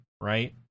Right